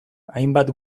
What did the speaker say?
hainbat